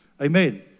Amen